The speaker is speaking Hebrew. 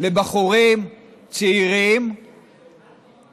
לבחורים צעירים